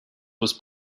was